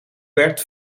werd